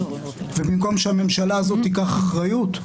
ובמקום שהממשלה הזאת תיקח אחריות,